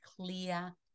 clear